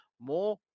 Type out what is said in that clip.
more